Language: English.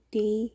day